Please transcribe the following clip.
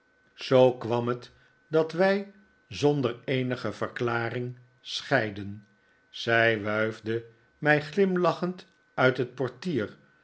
zoo kwam hat dat wij zonder eenige verklaring scheidden zij wuifde mij glimlachend uit het portier